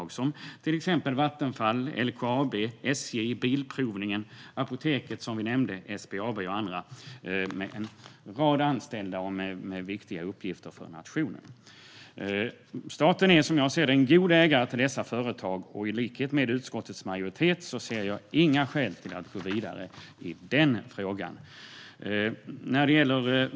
Det handlar till exempel om Vattenfall, LKAB, SJ, Bilprovningen, Apoteket, som vi nämnde, SBAB och andra med en rad anställda och med viktiga uppgifter för nationen. Staten är som jag ser det en god ägare till dessa företag, och i likhet med utskottets majoritet ser jag inga skäl att gå vidare i den frågan.